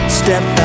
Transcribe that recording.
step